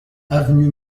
avenue